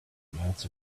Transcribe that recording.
amounts